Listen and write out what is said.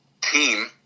team